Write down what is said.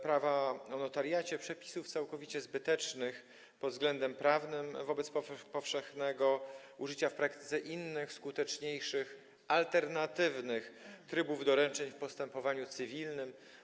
Prawa o notariacie przepisów całkowicie zbytecznych pod względem prawnym wobec powszechnego użycia w praktyce innych, skuteczniejszych, alternatywnych trybów doręczeń w postępowaniu cywilnym.